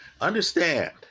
Understand